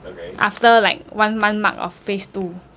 after like one month mark of phase two